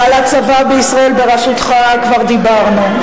ועל הצבא בישראל בראשותך כבר דיברנו.